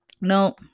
no